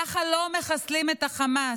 ככה לא מחסלים את חמאס,